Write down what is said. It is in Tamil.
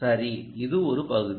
சரி இது ஒரு பகுதி